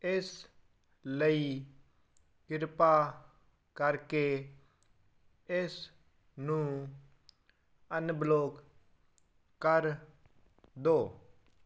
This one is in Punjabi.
ਇਸ ਲਈ ਕਿਰਪਾ ਕਰਕੇ ਇਸ ਨੂੰ ਅਨਬਲੌਕ ਕਰ ਦੋ